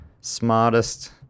smartest